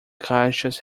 caixas